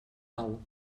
nou